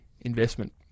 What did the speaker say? investment